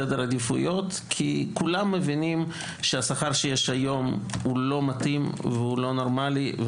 סדר עדיפויות כי כולם מבינים שהשכר שיש היום לא מתאים ולא נורמלי,